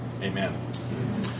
Amen